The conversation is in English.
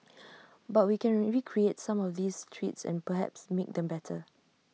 but we can recreate some of these treats and perhaps make them better